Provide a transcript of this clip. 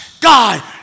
God